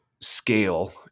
scale